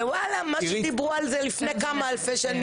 ו-וואלה, מה שדיברו על זה לפני כמה אלפי שנים.